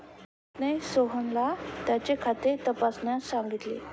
मोहितने सोहनला त्याचे खाते तपासण्यास सांगितले